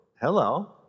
hello